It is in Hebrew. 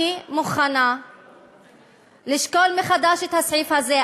אני מוכנה לשקול מחדש את הסעיף הזה.